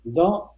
dans